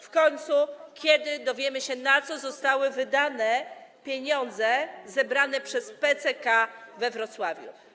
W końcu: Kiedy dowiemy się, na co zostały wydane pieniądze zebrane przez PCK we Wrocławiu?